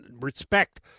respect